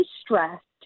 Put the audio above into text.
stressed